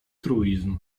truizm